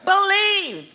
Believe